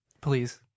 Please